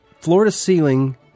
floor-to-ceiling